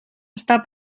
està